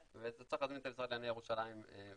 ולזה צריך להזמין את המשרד לענייני ירושלים ולשאול.